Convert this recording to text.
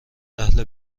اهل